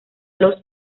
los